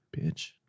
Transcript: bitch